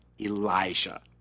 Elijah